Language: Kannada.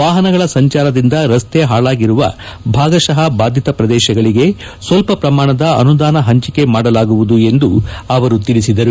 ವಾಹನಗಳ ಸಂಚಾರದಿಂದ ರಸ್ತೆ ಹಾಳಾಗಿರುವ ಭಾಗತಃ ಬಾಧಿತ ಪ್ರದೇಶಗಳಿಗೆ ಸ್ವಲ್ಪ ಪ್ರಮಾಣದ ಅನುದಾನ ಪಂಚಿಕೆ ಮಾಡಲಾಗುವುದು ಎಂದು ತಿಳಿಸಿದರು